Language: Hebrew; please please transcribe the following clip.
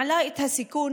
מעלה את הסיכון,